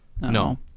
No